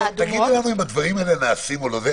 תגידו לנו אם הדברים האלה נעשים או לא.